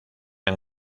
han